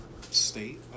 state